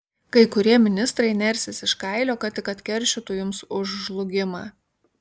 kai kurie ministrai nersis iš kailio kad tik atkeršytų jums už žlugimą